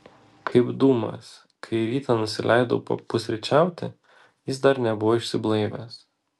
kaip dūmas kai rytą nusileidau pusryčiauti jis dar nebuvo išsiblaivęs